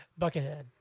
Buckethead